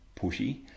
pushy